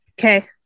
Okay